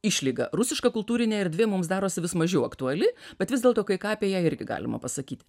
išlyga rusiška kultūrinė erdvė mums darosi vis mažiau aktuali bet vis dėlto kai ką apie ją irgi galima pasakyt